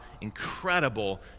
incredible